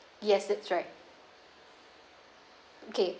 yes that's right okay